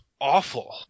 awful